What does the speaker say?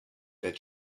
that